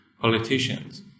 politicians